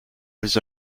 was